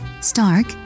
stark